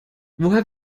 woher